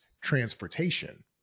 transportation